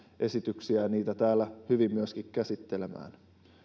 esityksiä ja niitä täällä hyvin myöskin käsittelemään